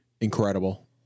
Incredible